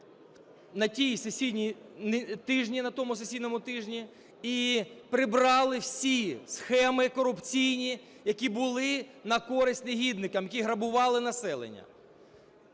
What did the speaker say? вкрай важливе питання на тому сесійному тижні і прибрали всі схеми корупційні, які були на користь негідникам, які грабували населення.